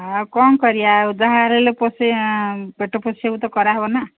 ଆଉ କ'ଣ କରିବା ଆଉ ଯାହାର ହେଲେ ପେଟ ପୋଷିବାକୁ ତ କରାହେବ ନା